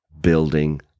building